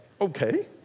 okay